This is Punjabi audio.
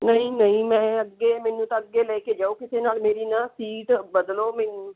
ਨਹੀਂ ਨਹੀਂ ਮੈਂ ਅੱਗੇ ਮੈਨੂੰ ਤਾਂ ਅੱਗੇ ਲੈ ਕੇ ਜਾਓ ਕਿਸੇ ਨਾਲ ਮੇਰੀ ਨਾ ਸੀਟ ਬਦਲੋ ਮੈਨੂੰ